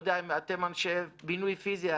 אתה יודע, אתם אנשי בינוי פיזי.